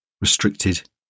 restricted